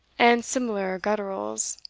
and similar gutterals,